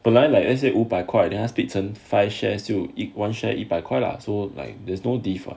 本来 like let's say like 五百块他 split five shares then one share 一百块 lah so like there's no diff ah